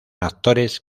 actores